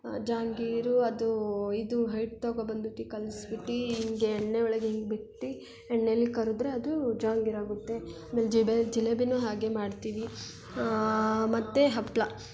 ಜಾಂಗೀರು ಅದು ಇದು ಹಿಟ್ಟು ತಗೊ ಬಂದ್ಬಿಟ್ಟು ಕಲ್ಸ್ಬಿಟ್ಟು ಹಿಂಗೆ ಎಣ್ಣೆ ಒಳಗೆ ಹಿಂಗ್ ಬಿಟ್ಟು ಎಣ್ಣೆಲಿ ಕರಿದ್ರೆ ಅದು ಜಾಂಗೀರ್ ಆಗುತ್ತೆ ಆಮೇಲೆ ಜೇಬೆಲ್ ಜಿಲೇಬಿನೂ ಹಾಗೆ ಮಾಡ್ತೀವಿ ಮತ್ತು ಹಪ್ಳ